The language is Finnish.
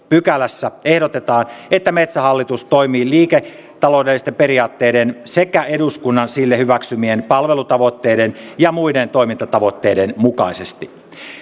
pykälässä ehdotetaan että metsähallitus toimii liiketaloudellisten periaatteiden sekä eduskunnan sille hyväksymien palvelutavoitteiden ja muiden toimintatavoitteiden mukaisesti